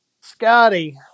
Scotty